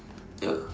ya